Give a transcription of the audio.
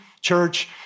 church